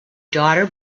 daughter